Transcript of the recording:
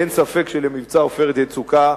אין ספק שלמבצע "עופרת יצוקה"